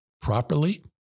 properly